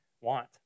want